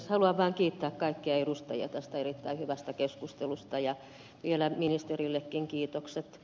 haluan vaan kiittää kaikkia edustajia tästä erittäin hyvästä keskustelusta ja vielä ministerillekin kiitokset